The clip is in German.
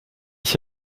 ich